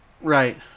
Right